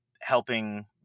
helping